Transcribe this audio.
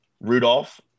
Rudolph